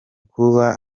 kuba